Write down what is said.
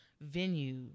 venue